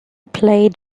played